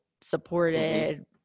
supported